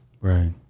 Right